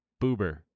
Boober